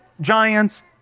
giants